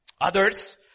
Others